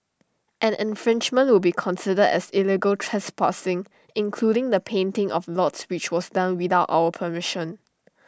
any infringement will be considered as illegal trespassing including the painting of lots which was done without our permission